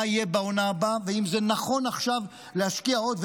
יהיה בעונה הבאה ואם זה נכון עכשיו להשקיע עוד,